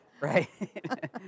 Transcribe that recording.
Right